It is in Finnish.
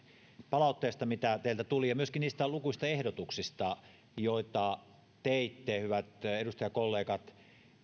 palautteesta mitä teiltä tuli ja myöskin niistä lukuisista ehdotuksista joita teitte hyvät edustajakollegat